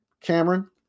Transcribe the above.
Cameron